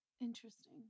Interesting